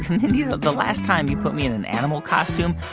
mindy, the the last time you put me in an animal costume,